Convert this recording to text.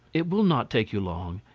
it will not take you long,